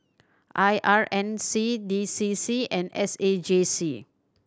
I R N C D C C and S A J C